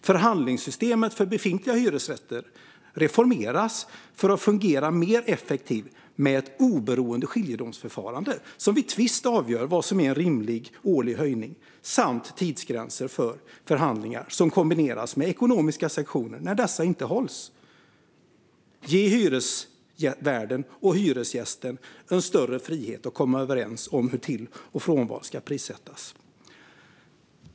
Förhandlingssystemet för befintliga hyresrätter reformeras för att fungera mer effektivt med ett oberoende skiljedomsförfarande som vid tvist avgör vad som är en rimlig årlig höjning samt tidsgränser för förhandlingar som kombineras med ekonomiska sanktioner när dessa inte hålls . Ge hyresvärden och hyresgästen en större frihet att komma överens om hur till och frånval ska prissättas .